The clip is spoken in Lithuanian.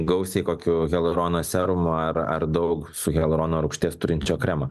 gausiai kokiu hialurono serumu ar ar daug su hialurono rūgšties turinčio kremo